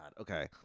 okay